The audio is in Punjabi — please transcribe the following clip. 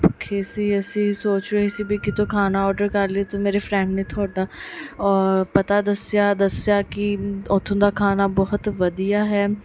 ਭੁੱਖੇ ਸੀ ਅਸੀਂ ਸੋਚ ਰਹੇ ਸੀ ਵੀ ਕਿਤੋਂ ਖਾਣਾ ਆਰਡਰ ਕਰ ਲਈਏ ਤੇ ਮੇਰੇ ਫਰੈਂਡ ਨੇ ਤੁਹਾਡਾ ਪਤਾ ਦੱਸਿਆ ਕੀ ਉਥੋਂ ਦਾ ਖਾਣਾ ਬਹੁਤ ਵਧੀਆ ਹੈ